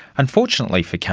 unfortunately for kate,